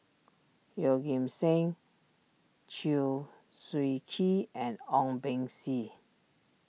Yeoh Ghim Seng Chew Swee Kee and Ong Beng Seng